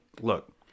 Look